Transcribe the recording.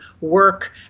work